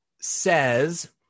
says